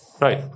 Right